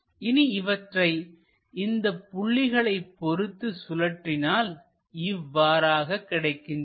இனி இவற்றை இந்த புள்ளிகளை பொறுத்து சுழற்றினால் இவ்வாறாக கிடைக்கின்றன